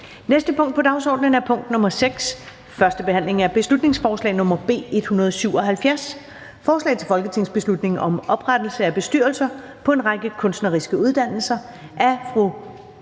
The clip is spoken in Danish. næste punkt på dagsordenen er: 6) 1. behandling af beslutningsforslag nr. B 177: Forslag til folketingsbeslutning om oprettelse af bestyrelser på en række kunstneriske uddannelser. Af